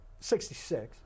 66